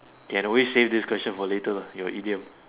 can always save this question for later ah your idiom